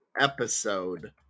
episode